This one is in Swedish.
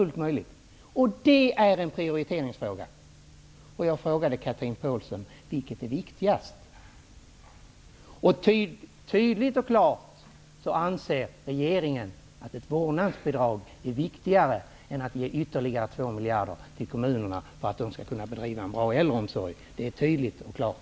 Det är en prioriteringsfråga. Jag frågade, Chatrine Pålsson, vilket är viktigast? Tydligt och klart anser regeringen att ett vårdnadsbidrag är viktigare än att ge ytterligare 2 miljarder kronor till kommunerna så att de kan bedriva en bra äldreomsorg. Det är tydligt och klart.